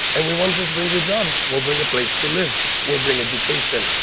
and we won't just bring you jobs we'll bring a place to live. we'll bring education.